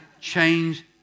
change